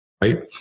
right